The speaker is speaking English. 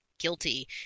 guilty